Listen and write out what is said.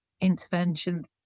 interventions